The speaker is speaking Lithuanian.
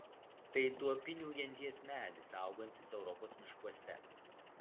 tai tuopinių genties medis augantis europos miškuose